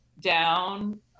down